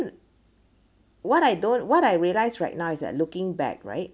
what I don't what I realise right now is that looking back right